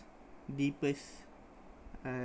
deepest uh